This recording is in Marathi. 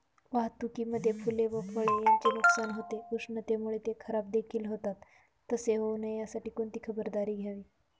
वाहतुकीमध्ये फूले व फळे यांचे नुकसान होते, उष्णतेमुळे ते खराबदेखील होतात तसे होऊ नये यासाठी कोणती खबरदारी घ्यावी?